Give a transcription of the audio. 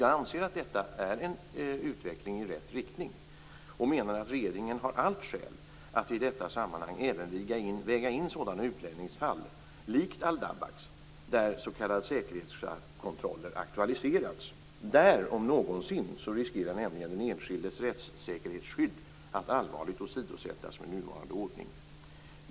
Jag anser att detta är en utveckling i rätt riktning och menar att regeringen har alla skäl att i detta sammanhang även väga in sådana utlänningsfall, likt Al-Dabbaghs, där s.k. säkerhetskontroller har aktualiserats. Där om någonsin riskerar nämligen den enskildes rättssäkerhetsskydd att allvarligt åsidosättas med nuvarande ordning.